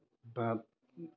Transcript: बात